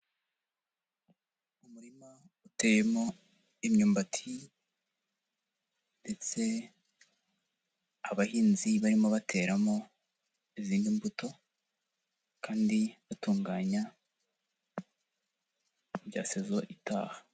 Umurima uteyemo imyumbati ndetse abahinzi barimo bateramo izindi mbuto kandi batunganya Ibya season itaha.